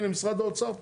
הנה, משרד האוצר פה.